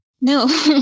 No